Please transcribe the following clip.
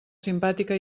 simpàtica